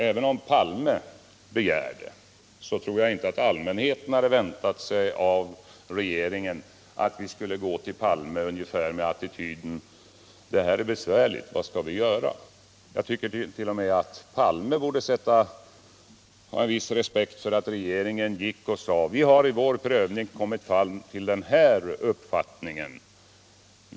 Även om herr Palme begär det, så tror jag inte att allmänheten hade väntat sig av regeringen att vi skulle gå till herr Palme ungefär med attityden: ”Det här är besvärligt, vad skall vi göra?” Jag tycker t.o.m. att herr Palme borde ha en viss respekt för att regeringen sade: ”Vi har vid vår prövning kommit fram till den här uppfattningen.